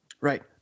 Right